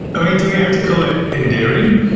i mean, do we have to call it endearing?